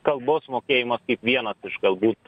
kalbos mokėjimas kaip vienas iš galbūt